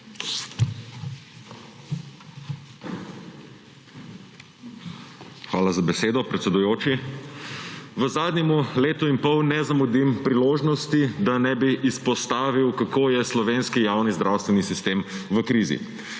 Hvala za besedo, predsedujoči. V zadnjem letu in pol ne zamudim priložnosti, da ne bi izpostavil, kako je slovenski javni zdravstveni sistem v krizi